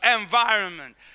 environment